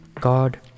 God